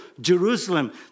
Jerusalem